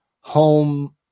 home